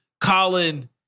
Colin